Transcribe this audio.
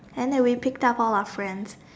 and then we picked up all our friends